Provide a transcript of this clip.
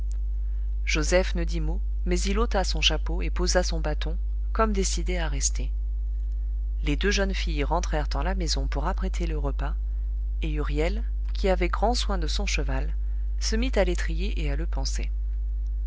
joseph ne dit mot mais il ôta son chapeau et posa son bâton comme décidé à rester les deux jeunes filles rentrèrent en la maison pour apprêter le repas et huriel qui avait grand soin de son cheval se mit à l'étriller et à le panser